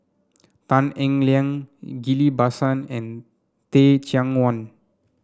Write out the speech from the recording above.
Tan Eng Liang Ghillie Basan and Teh Cheang Wan